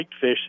fish